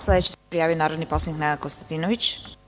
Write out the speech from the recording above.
Sledeći se prijavio narodni poslanik Nenad Konstantinović.